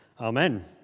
Amen